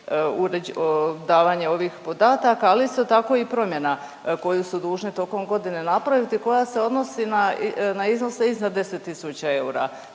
davanje ovih podataka, ali isto tako i promjena koju su dužni tokom godine napraviti koja se odnosi na iznose iznad 10 tisuća eura.